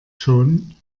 schon